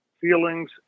feelings